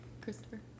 Christopher